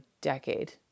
decade